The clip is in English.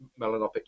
melanopic